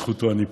שבזכותו אני פה,